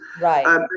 Right